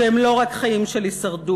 שהם לא רק חיים של הישרדות,